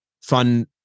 fun